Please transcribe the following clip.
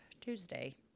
Tuesday